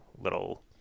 little